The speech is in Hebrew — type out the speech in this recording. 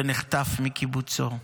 שנחטף מקיבוצו,